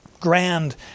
grand